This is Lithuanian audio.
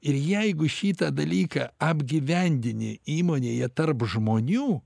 ir jeigu šitą dalyką apgyvendini įmonėje tarp žmonių